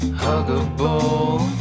huggable